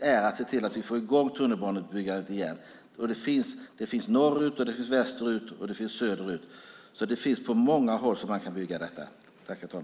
är att se till att vi får i gång tunnelbaneutbyggnaden igen. Den finns norrut, västerut och söderut, så det är på många håll som man kan bygga ut den.